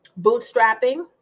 bootstrapping